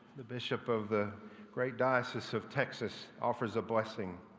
the bishop of the great dioecies of texas offers a blessing.